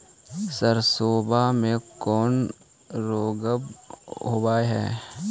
सरसोबा मे कौन रोग्बा होबय है?